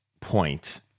point